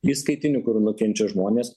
įskaitinių kur nukenčia žmonės